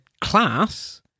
class